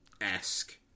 esque